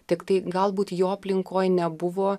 tiktai galbūt jo aplinkoj nebuvo